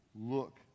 look